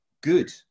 good